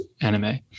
anime